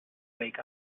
wake